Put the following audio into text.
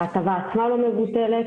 ההטבה עצמה לא מבוטלת,